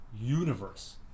universe